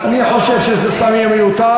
אני חושב שזה סתם יהיה מיותר.